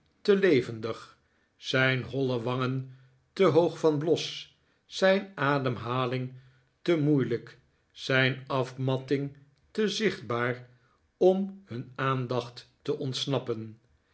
te levendig zijn holle wangen te hoog van bios zijn ademhaling te moeilijk zijn afmatting te zichtbaar om hun aandacht te ontsnappen